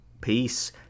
peace